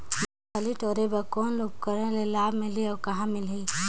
मुंगफली टोरे बर कौन उपकरण ले लाभ मिलही अउ कहाँ मिलही?